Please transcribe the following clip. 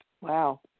Wow